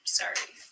sorry